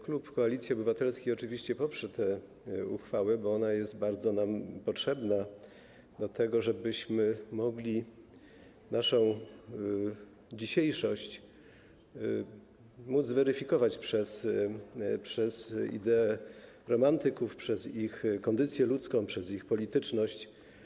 Klub Koalicji Obywatelskiej oczywiście poprze tę uchwałę, bo ona jest nam bardzo potrzebna do tego, żebyśmy mogli naszą „dzisiejszość” móc weryfikować przez idee romantyków, przez ich kondycję ludzką, przez ich polityczność.